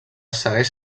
segueix